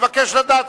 מבקש לדעת,